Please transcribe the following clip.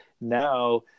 now